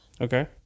Okay